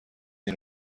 این